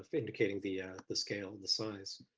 ah indicating the the scale, the size.